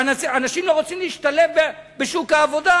שאנשים לא רוצים להשתלב בשוק העבודה.